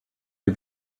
der